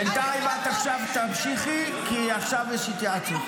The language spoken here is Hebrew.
בינתיים את תמשיכי עכשיו, כי עכשיו יש התייעצות.